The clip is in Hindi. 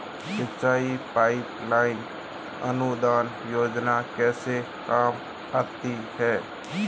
सिंचाई पाइप लाइन अनुदान योजना कैसे काम करती है?